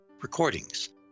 recordings